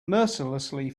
mercilessly